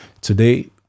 Today